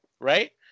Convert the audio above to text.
right